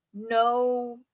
no